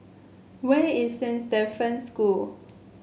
where is Saint Stephen School